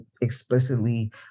explicitly